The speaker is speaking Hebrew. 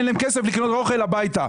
אין לו כסף לקנות אוכל הביתה,